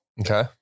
Okay